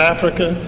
Africa